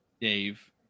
Dave